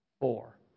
four